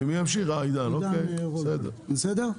בסדר.